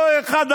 אותו אחד,